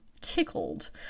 tickled